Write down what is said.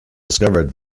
discovered